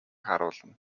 харуулна